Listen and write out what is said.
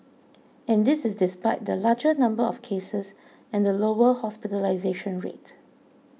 and this is despite the larger number of cases and the lower hospitalisation rate